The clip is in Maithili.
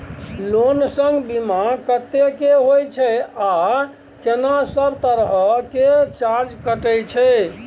लोन संग बीमा कत्ते के होय छै आ केना सब तरह के चार्ज कटै छै?